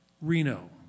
Reno